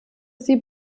sie